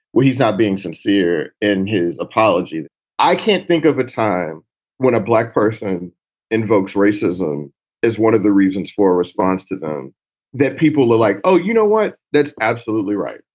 well, he's not being sincere in his apology i can't think of a time when a black person invokes racism is one of the reasons for a response to them that people are like, oh, you know what? that's absolutely right.